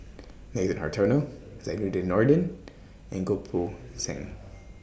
Nathan Hartono Zainudin Nordin and Goh Poh Seng